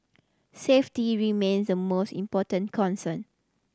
safety remains the most important concern